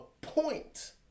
point